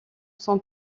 son